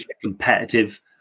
competitive